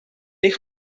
eich